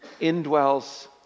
indwells